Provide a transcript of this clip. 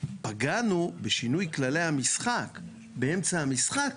פגענו בשינוי כללי המשחק באמצע המשחק,